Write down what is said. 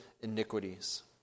iniquities